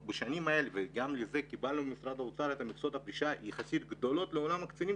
וגם לזה קיבלנו ממשרד האוצר מכסות פרישה יחסית גדולות לעולם הקצינים,